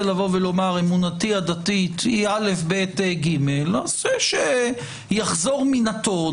לומר: אמונתי הדתית היא זו וזו שיחזור מן הטון,